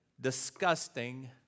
disgusting